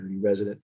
resident